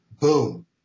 boom